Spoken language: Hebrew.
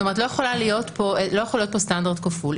לא יכול להיות פה סטנדרט כפול.